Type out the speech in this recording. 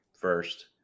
first –